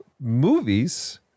Movies